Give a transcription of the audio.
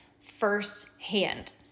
firsthand